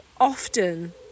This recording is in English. often